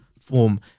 form